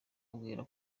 ambwira